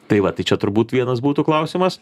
tai va tai čia turbūt vienas būtų klausimas